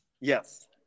Yes